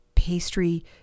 Pastry